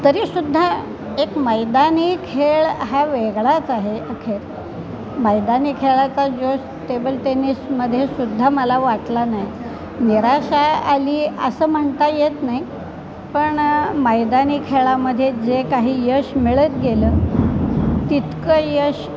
तरीसुद्धा एक मैदानी खेळ हा वेगळाच आहे अखेर मैदानी खेळाचा जोश टेबल टेनिसमध्येसुद्धा मला वाटला नाही निराशा आली असं म्हणता येत नाही पण मैदानी खेळामध्ये जे काही यश मिळत गेलं तितकं यश